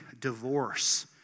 divorce